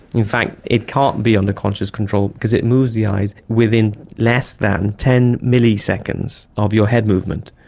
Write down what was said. in fact it can't be under conscious control because it moves the eyes within less than ten milliseconds of your head movement.